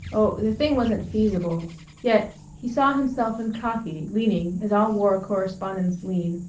oh, the thing wasn't feasible yet he saw himself in khaki, leaning, as all war correspondents lean,